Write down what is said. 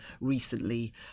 recently